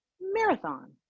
marathon